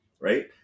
Right